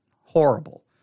horrible